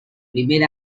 primer